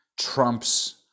Trump's